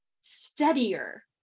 steadier